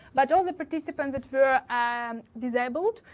but all the participants that were um disabled,